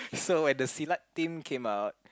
so when the Silat team came out